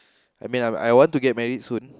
I mean I I want to get married soon